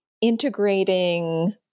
integrating